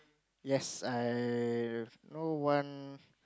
yes I know one